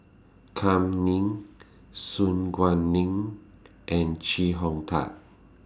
Kam Ning Su Guaning and Chee Hong Tat